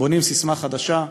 בונים ססמה חדשה: